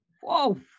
Whoa